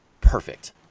perfect